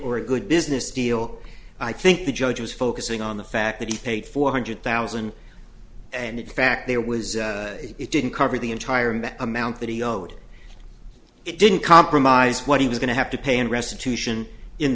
or a good business deal i think the judge was focusing on the fact that he paid four hundred thousand and the fact there was it didn't cover the entire amount that he owed it didn't compromise what he was going to have to pay in restitution in